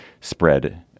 spread